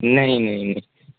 نہیں نہیں نہیں